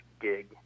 gig